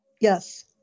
Yes